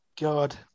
God